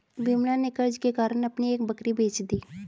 विमला ने कर्ज के कारण अपनी एक बकरी बेच दी